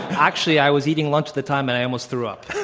actually, i was eating lunch at the time, and i almost threw up.